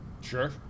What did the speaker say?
sure